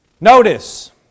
Notice